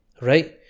right